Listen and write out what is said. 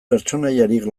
pertsonaiarik